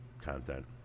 content